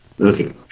Okay